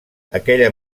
aquella